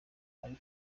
ari